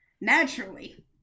Naturally